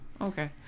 Okay